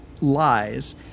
lies